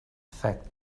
fact